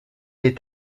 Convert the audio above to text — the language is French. est